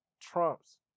Trump's